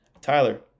Tyler